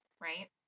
right